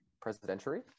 presidential